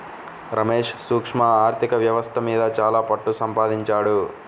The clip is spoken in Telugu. రమేష్ సూక్ష్మ ఆర్ధిక వ్యవస్థ మీద చాలా పట్టుసంపాదించాడు